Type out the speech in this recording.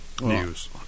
news